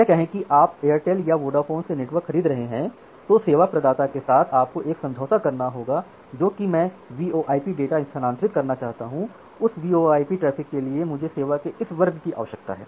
यह कहें कि यदि आप एयरटेल से या वोडाफोन से नेटवर्क खरीद रहे हैं तो सेवा प्रदाता के साथ आपको एक समझौता करना होगा जो कि मैं VoIP डाटा स्थानांतरित करना चाहता हूं उस वीओआईपी ट्रैफ़िक के लिए मुझे सेवा के इस वर्ग की आवश्यकता है